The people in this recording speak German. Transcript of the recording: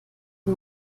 den